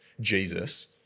Jesus